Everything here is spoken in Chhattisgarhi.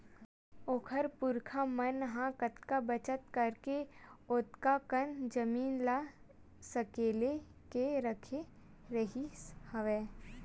ओखर पुरखा मन ह कतका बचत करके ओतका कन जमीन ल सकेल के रखे रिहिस हवय